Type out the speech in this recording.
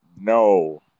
no